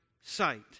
sight